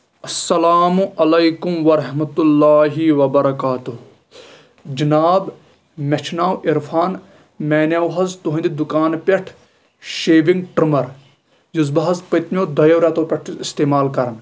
اسلام علیکم ورحمتہ اللہ وبرکاتہ حِناب مےٚ چھُ ناو عرفان مےٚ اَنیو حظ تُہنٛدِ دُکانہٕ پٮ۪ٹھ شیوِنٛگ ٹرٛمر یُس بہٕ حظ پٔتمیو دۄیو رٮ۪تو پٮ۪ٹھٕ چھُس اِستعمال کران